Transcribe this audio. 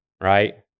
Right